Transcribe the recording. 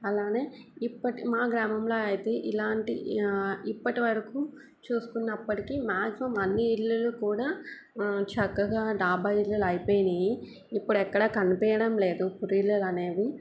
అలాగే ఇప్పటి మా గ్రామంలో అయితే ఇలాంటి ఇప్పటివరకు చూసుకునప్పటికి మాక్సిమం అన్నీ ఇళ్ళు కూడా చక్కగా డాబా ఇళ్ళు అయిపోయినాయి ఇప్పుడు ఎక్కడ కనిపించడం లేదు పూరిల్లు అనేవి